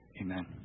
Amen